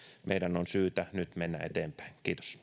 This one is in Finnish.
meidän on syytä nyt mennä eteenpäin